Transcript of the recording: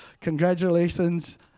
Congratulations